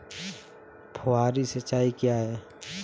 फुहारी सिंचाई क्या है?